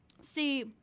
see